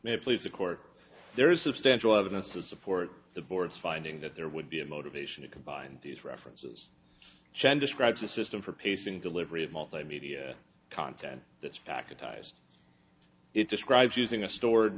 may please the core there is substantial evidence to support the board's finding that there would be a motivation to combine these references chen describes a system for pacing delivery of multimedia content that's packetized it describes using a store